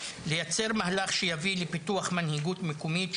לייצר מהלך שיביא לפיתוח מנהיגות מקומית,